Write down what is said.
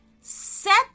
set